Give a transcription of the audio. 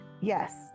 yes